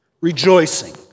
rejoicing